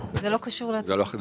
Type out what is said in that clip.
עינת,